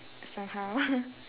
somehow